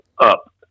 up